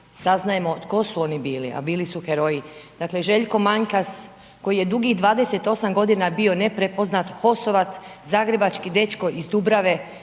saznajemo tko su oni bili, a bili su heroji. Dakle Željko Manjkas koji je dugih 28 godina bio neprepoznat, HOS-ovac, zagrebački dečko iz Dubrave,